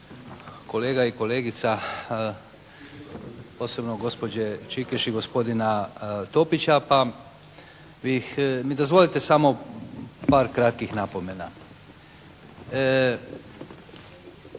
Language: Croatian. kolega i kolegica, posebno gospođe Čikeš i gospodina Topića pa bih, dozvolite mi samo par kratkih napomena.